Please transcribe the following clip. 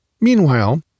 Meanwhile